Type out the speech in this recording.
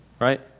right